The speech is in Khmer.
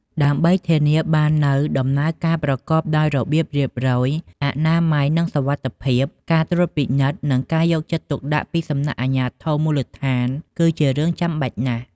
ដើម្បីធានាបាននូវដំណើរការប្រកបដោយរបៀបរៀបរយ អនាម័យ និងសុវត្ថិភាព ការត្រួតពិនិត្យ និងការយកចិត្តទុកដាក់ពីសំណាក់អាជ្ញាធរមូលដ្ឋាន គឺជារឿងចាំបាច់ណាស់។